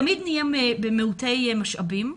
תמיד נהיה מעוטי משאבים,